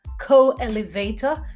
co-elevator